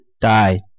die